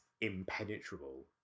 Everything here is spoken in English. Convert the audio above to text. impenetrable